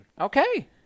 Okay